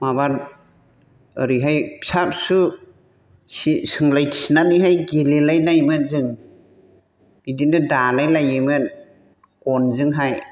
माबा ओरैहाय फिसा फिसौ सि सोंलायथिनानै गेलेलायनायमोन जों बिदिनो दालाय लायोमोन गनजोंहाय